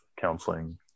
counseling